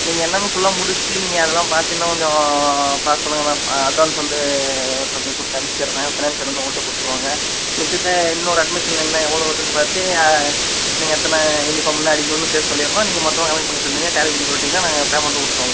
நீங்கள் என்னன்னு ஃபுல்லா முடிச்சுட்டு நீங்கள் அதெல்லாம் பார்த்தீங்கனா கொஞ்சம் பார்த்து சொல்லுங்கள் மேம் அட்வான்ஸ் வந்து ஒருத்தவங்கள்ட்ட கொடுத்து அனுச்சிட்றேன் ஃபினான்ஸியர் வந்து உங்ககிட்ட கொடுத்துருவாங்க மிச்சத்தை இன்னொரு அட்மிஷன் இன்னும் எவ்வளோ வருதுன்னு பார்த்து நீங்கள் எத்தனை யூனிஃபாம் இன்னும் அடிக்கணுன்னு சேர்த்து சொல்லிடுறோம் நீங்கள் மொத்தமாக கணக்கு பண்ணி சொல்லிடுங்க டேலி பண்ணி சொல்லிட்டீங்கன்னால் நாங்கள் பேமெண்ட்டு கொடுத்துருவோம்